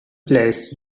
placed